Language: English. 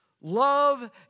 Love